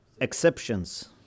exceptions